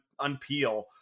unpeel